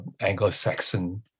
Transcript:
Anglo-Saxon